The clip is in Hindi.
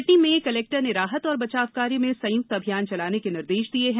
कटनी में कलेक्टर ने राहत और बचाव कार्य में संयुक्त अभियान चलाने के निर्देश दिये हैं